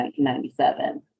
1997